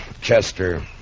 Chester